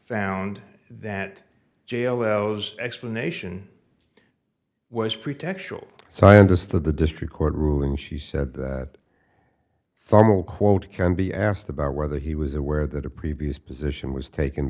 found that jail those explanation was pretextual so i understood the district court ruling she said that formal quote can be asked about whether he was aware that a previous position was taken